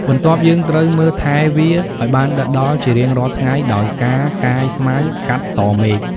បន្ទាប់យើងត្រូវមើលថែវាឱ្យបានដិតដល់ជារៀងរាល់ថ្ងៃដោយការកាយស្មៅ កាត់តមែក។